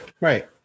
Right